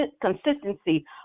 consistency